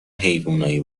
حیونای